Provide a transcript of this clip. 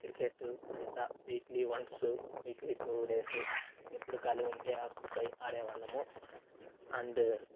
cricket అంతా weekly once weekly two days ఎప్పుడు ఖాళీగుంటే అప్పుడు పోయి ఆడేవాళ్ళము అండ్